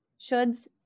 Shoulds